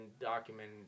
document